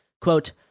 Quote